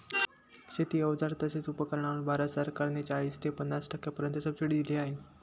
शेती अवजार तसेच उपकरणांवर भारत सरकार ने चाळीस ते पन्नास टक्क्यांपर्यंत सबसिडी दिली आहे